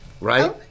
Right